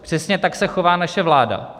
Přesně tak se chová naše vláda.